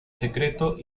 secreto